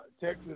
Texas